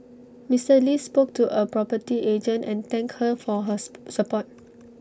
Mister lee spoke to A property agent and thank her for hers support